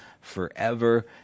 forever